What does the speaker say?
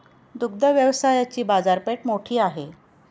दुग्ध व्यवसायाची बाजारपेठ मोठी आहे